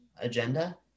agenda